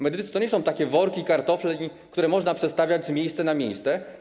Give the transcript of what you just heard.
Medycy to nie są takie worki kartofli, które można przestawiać z miejsca na miejsce.